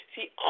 See